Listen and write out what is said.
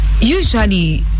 Usually